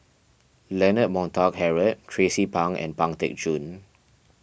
Leonard Montague Harrod Tracie Pang and Pang Teck Joon